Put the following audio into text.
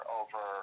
over